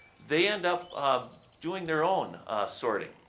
they end up doing their own sorting,